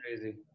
Crazy